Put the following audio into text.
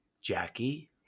Jackie